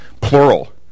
plural